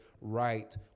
right